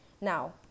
Now